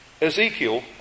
Ezekiel